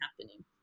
happening